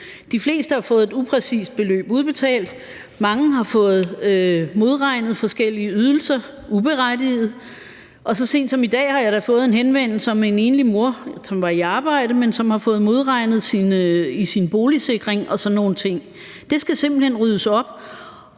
De fleste har fået et upræcist beløb udbetalt, mange har fået modregnet forskellige ydelser, uberettiget, og så sent som i dag har jeg da fået en henvendelse om en enlig mor, som var i arbejde, men som har fået modregnet i sin boligsikring og sådan nogle ting. Der skal simpelt hen ryddes op,